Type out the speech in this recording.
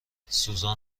سوزان